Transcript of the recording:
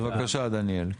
בבקשה דניאל.